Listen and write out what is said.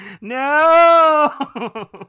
No